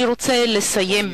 אני רוצה לסיים,